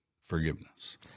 forgiveness